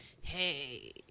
hey